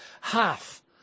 half